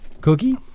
Cookie